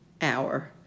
hour